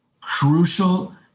crucial